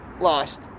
lost